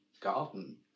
garden